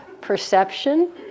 perception